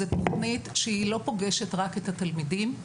זאת תוכנית שהיא לא פוגשת רק את התלמידים,